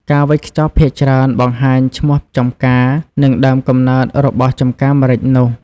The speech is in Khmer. ការវេចខ្ចប់ភាគច្រើនបង្ហាញឈ្មោះចម្ការ និងដើមកំណើតរបស់ចម្ការម្រេចនោះ។